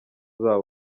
zabo